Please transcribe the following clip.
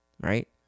right